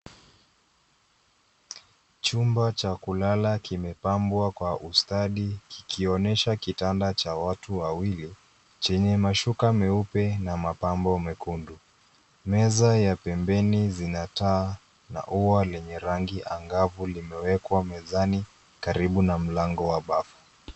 Chumba cha kulala kimepambwa kwa ustadi kikionyesha kitanda cha watu wawili chenye mashuka meupe na mapambo mekundu. Meza ya pembeni zina taa na ua lenye rangi angavu limewekwa mezani karibu na mlango wa bafu.